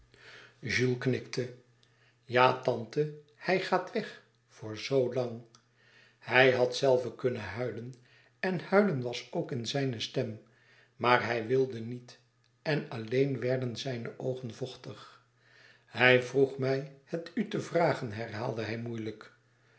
knikte ja tante hij gaat weg voor zoo lang hij had zelve kunnen huilen en huilen was ook in zijne stem maar hij wilde niet en alleen werden zijne oogen vochtig hij vroeg mij het u te vragen herhaalde hij moeilijk